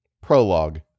Prologue